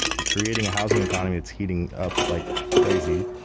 you're creating a housing economy that's heating up like crazy,